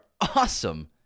awesome